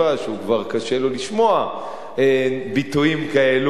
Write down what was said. שכבר קשה לו לשמוע ביטויים כאלו.